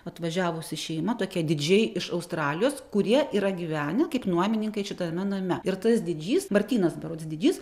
atvažiavusi šeima tokia didžiai iš australijos kurie yra gyvenę kaip nuomininkai šitame name ir tas didžys martynas berods didžys